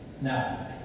Now